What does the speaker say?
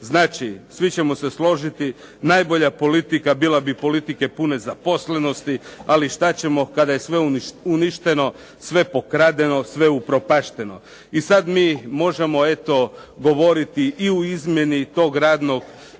Znači svi ćemo se složiti, najbolja politika bila bi politike pune zaposlenosti, ali šta ćemo kada je sve uništeno, sve pokradeno, sve upropašteno. I sad mi možemo eto govoriti i u izmjeni tog radnog